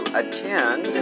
attend